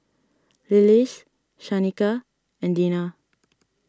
Lillis Shanika and Dina